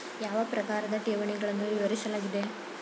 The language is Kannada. ಯಾವ ಪ್ರಕಾರದ ಠೇವಣಿಗಳನ್ನು ವಿವರಿಸಲಾಗಿದೆ?